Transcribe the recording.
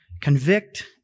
convict